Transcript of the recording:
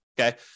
okay